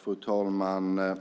Fru talman!